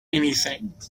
anything